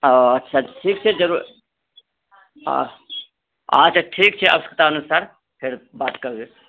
ओ अच्छा ठीक छै जब अच्छा ठीक छै आवश्यकता अनुसार फेर बात करबै